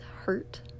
hurt